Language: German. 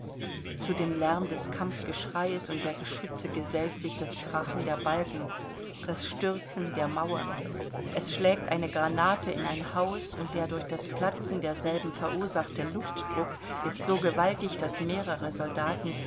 zu dem lärm des kampfgeschreies und der geschütze gesellt sich das krachen der balken das stürzen der mauern es schlägt eine granate in ein haus und der durch das platzen derselben verursachte luftdruck ist so gewaltig daß mehrere soldaten